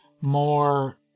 more